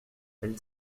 elle